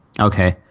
okay